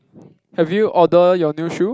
have you order your new shoe